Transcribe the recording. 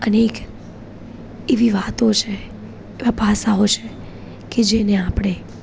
અનેક એવી વાતો છે એવા પાસાઓ છે કે જેને આપણે